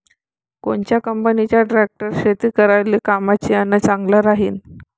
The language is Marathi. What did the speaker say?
कोनच्या कंपनीचा ट्रॅक्टर शेती करायले कामाचे अन चांगला राहीनं?